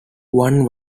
one